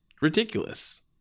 ridiculous